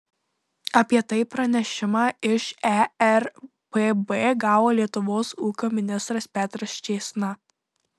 apie tai pranešimą iš erpb gavo lietuvos ūkio ministras petras čėsna